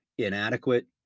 inadequate